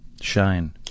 shine